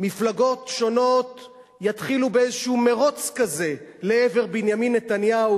מפלגות שונות יתחילו באיזה מירוץ כזה לעבר בנימין נתניהו,